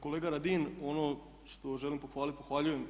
Kolega Radin, ono što želim pohvaliti pohvaljujem.